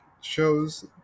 shows